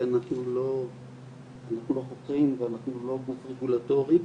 כי אנחנו לא חוקרים ואנחנו לא גוף רגולטורי,